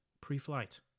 Pre-flight